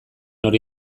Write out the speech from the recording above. hori